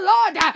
Lord